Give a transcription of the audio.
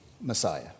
Messiah